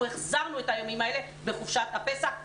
החזרנו את ארבעת הימים האלה בחופשת הפסח,